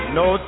no